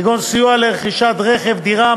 כגון סיוע ברכישת רכב ודירה,